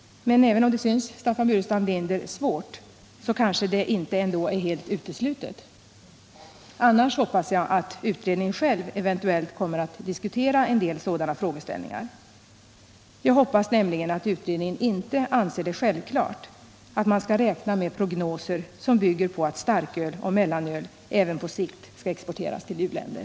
Men även om det synes Staffan Burenstam Linder svårt kanske det ändå inte är helt uteslutet? Annars hoppas jag att utredningen själv kommer att diskutera en del sådana frågeställningar. Jag hoppas nämligen att utredningen inte anser det självklart att man skall räkna med prognoser som bygger på att starköl och mellanöl även på sikt skall exporteras till u-länder.